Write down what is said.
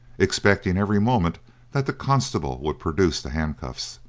expecting every moment that the constable would produce the handcuffs.